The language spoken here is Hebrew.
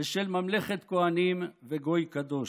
ושל "ממלכת כהנים וגוי קדוש".